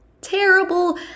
Terrible